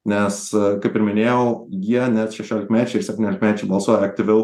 nes kaip ir minėjau jie net šešiolikmečiai ir septyniolikmečiai balsuoja aktyviau